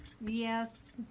Yes